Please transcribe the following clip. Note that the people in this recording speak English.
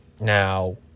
now